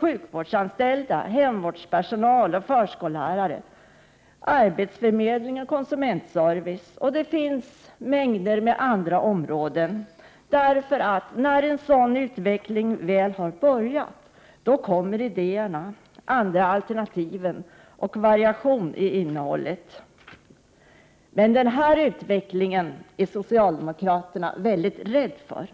sjukvårdsanställda, hemvårdspersonal, förskollärare, arbetsförmedlare, människor som arbetar med konsumentservice, och en mängd andra områden. När en sådan utveckling väl har börjat kommer också idéerna, alternativen och variationerna i innehåll. Men den här utvecklingen är socialdemokraterna rädda för